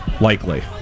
likely